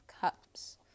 Cups